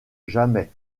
jamais